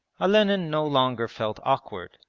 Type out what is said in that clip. olenin no longer felt awkward,